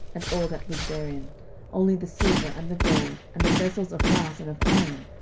and all that was therein only the silver, and the gold, and the vessels of brass and of iron,